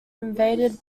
invaded